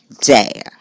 day